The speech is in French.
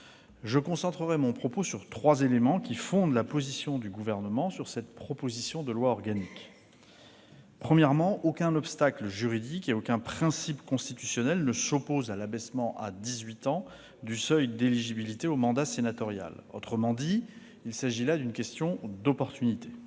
Je concentrerai mon propos sur trois éléments qui fondent la position du Gouvernement sur cette proposition de loi organique. Premièrement, aucun obstacle juridique et aucun principe constitutionnel ne s'opposent à l'abaissement à dix-huit ans du seuil d'éligibilité au mandat sénatorial. Autrement dit, il s'agit là d'une question d'opportunité.